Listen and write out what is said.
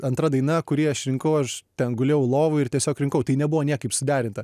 antra daina kurį aš rinkau aš ten gulėjau lovoj ir tiesiog rinkau tai nebuvo niekaip suderinta